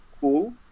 cool